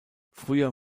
früher